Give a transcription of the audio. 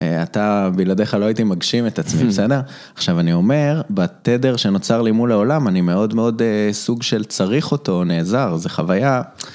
אתה, בלעדיך לא הייתי מגשים את עצמי, בסדר? עכשיו אני אומר, בתדר שנוצר לי מול העולם אני מאוד מאוד סוג של צריך אותו, נעזר, זו חוויה.